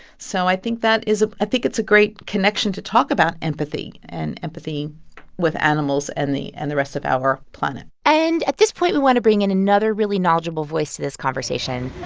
so i think that is ah i think it's a great connection to talk about empathy and empathy with animals and the and the rest of our planet and at this point, we want to bring in another really knowledgeable voice to this conversation